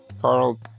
Carl